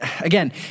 Again